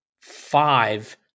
five